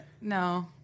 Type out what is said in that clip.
No